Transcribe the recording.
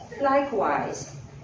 Likewise